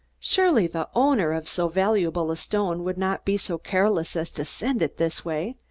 surely the owner of so valuable a stone would not be so careless as to send it this way,